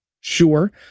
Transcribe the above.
Sure